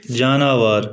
جاناوار